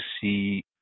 see